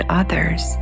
others